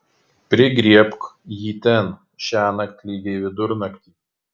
prigriebk jį ten šiąnakt lygiai vidurnaktį